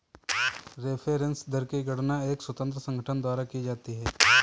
reference दर की गणना एक स्वतंत्र संगठन द्वारा की जाती है